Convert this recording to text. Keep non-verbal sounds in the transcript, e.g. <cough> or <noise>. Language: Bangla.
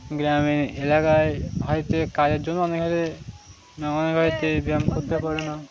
গ্রামীণ এলাকায় হয়তো কাজের জন্য অনেক <unintelligible> অনেক <unintelligible> ব্যায়াম করতে পারে না